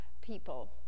people